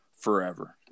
forever